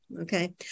Okay